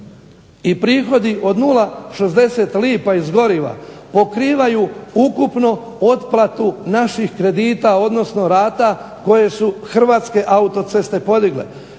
i prihodi od 0,60 lipa iz goriva, pokrivaju ukupno otplatu naših kredita odnosno rata koje su Hrvatske autoceste podigle.